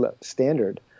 standard